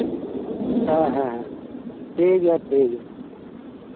ᱦᱮᱸ ᱦᱮᱸ ᱴᱷᱤᱠ ᱜᱮᱭᱟ ᱛᱟᱹᱭᱜᱮ